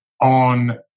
on